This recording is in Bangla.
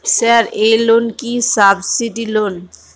স্যার এই লোন কি সাবসিডি লোন?